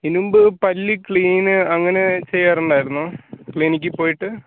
ഇതിന് മുൻപ് പല്ല് ക്ലീൻ അങ്ങനെ ചെയ്യാറുണ്ടായിരുന്നോ ക്ലിനിക്കിൽ പോയിട്ട്